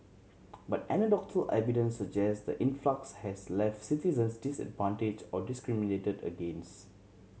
but anecdotal evidence suggests the influx has left citizens disadvantage or discriminated against